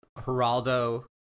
Geraldo